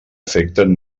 afecten